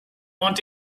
want